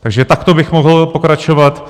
Takže takto bych mohl pokračovat.